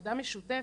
בעבודה משותפת,